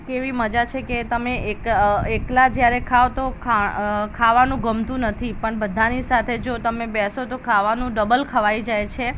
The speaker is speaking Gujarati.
કેવી મજા છે કે તમે એક એકલા જ્યારે ખાવ તો ખાન ખા ખાવાનું ગમતું નથી પણ બધાની સાથે જો તમે બેસો તો ખાવાનું ડબલ ખવાઈ જાય છે